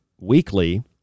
weekly